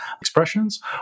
expressions